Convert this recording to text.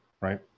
right